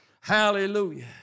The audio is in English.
Hallelujah